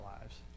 lives